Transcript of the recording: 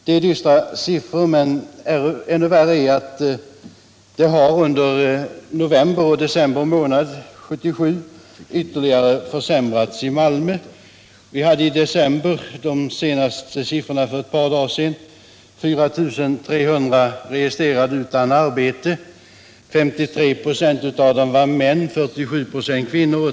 Det är dystra siffror, men ännu värre är att läget under november och december månader 1977 ytterligare försämrades i Malmö. Vi hade i december — de senaste siffrorna, som kom för ett par dagar sedan — 4 300 registrerade utan arbete. Av dem var 53 26 män och 47 96 kvinnor.